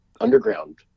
underground